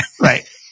Right